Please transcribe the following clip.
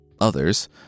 Others